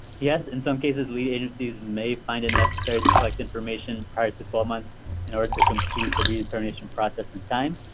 yes. in some cases lead agencies may find it necessary to collect information prior to twelve months in order to complete the redetermination process in time.